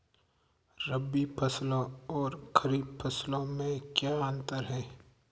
रबी फसलों और खरीफ फसलों में क्या अंतर है?